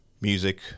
music